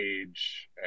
age